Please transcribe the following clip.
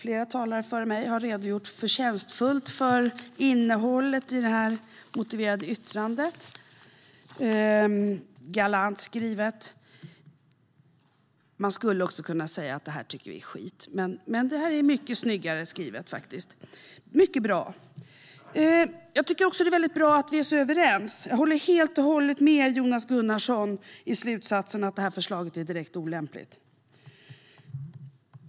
Herr talman! Flera talare har förtjänstfullt redogjort för innehållet i det motiverade yttrandet. Det är galant skrivet. Vi skulle också kunna säga att det här är skit, men yttrandet är mycket snyggare skrivet. Det är mycket bra. Det är bra att vi är så överens. Jag håller helt och hållet med Jonas Gunnarsson i slutsatsen att förslaget är direkt olämpligt.